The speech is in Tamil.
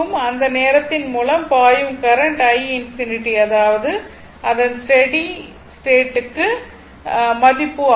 அந்த நேரத்தில் அதன் மூலம் பாயும் கரண்ட் i∞ அதாவது அதன் ஸ்டேட் க்கு மதிப்பு ஆகும்